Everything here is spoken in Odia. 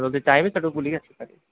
ଯଦି ଚାହିଁବେ ସେଠୁ ବୁଲିକି ଆସିପାରିବେ